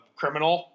criminal